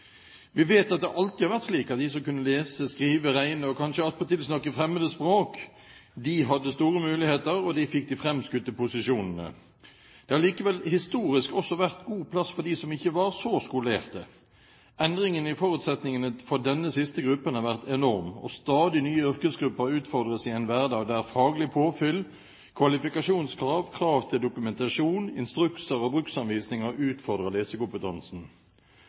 Vi vet at det alltid har vært slik at de som kunne lese, skrive, regne og kanskje attpåtil snakke fremmede språk, hadde store muligheter, og de fikk de framskutte posisjonene. Det har likevel historisk også vært god plass for dem som ikke var så skolerte. Endringen i forutsetningene for denne siste gruppen har vært enorm, og stadig nye yrkesgrupper utfordres i en hverdag der faglig påfyll, kvalifikasjonskrav, krav til dokumentasjon, instrukser og bruksanvisninger utfordrer lesekompetansen.